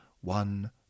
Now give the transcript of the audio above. one